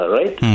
right